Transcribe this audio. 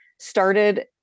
Started